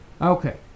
okay